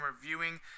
reviewing